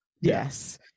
Yes